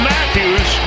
Matthews